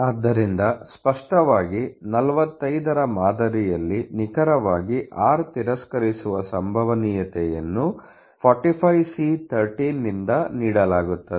ಆದ್ದರಿಂದ ಸ್ಪಷ್ಟವಾಗಿ 45 ರ ಮಾದರಿಯಲ್ಲಿ ನಿಖರವಾಗಿ r ತಿರಸ್ಕರಿಸುವ ಸಂಭವನೀಯತೆಯನ್ನು 45C13 ನಿಂದ ನೀಡಲಾಗುತ್ತದೆ